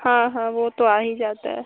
हाँ हाँ वह तो आ ही जाता है